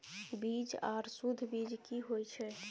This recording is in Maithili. बीज आर सुध बीज की होय छै?